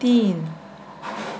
तीन